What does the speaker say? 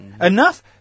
enough